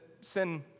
sin